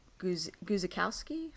Guzikowski